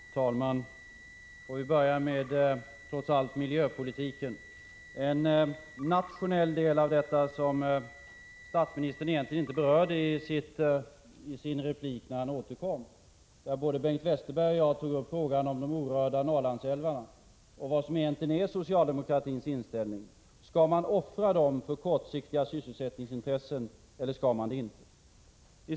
Fru talman! Låt mig börja med miljöpolitiken och en nationell del av denna, som statsministern inte berörde när han återkom i sin replik men som både Bengt Westerberg och jag tog upp, nämligen frågan om de orörda Norrlandsälvarna och vad som egentligen är socialdemokraternas inställning. Skall man offra dessa älvar för kortsiktiga sysselsättningsintressen, eller skall man det inte?